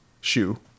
shoe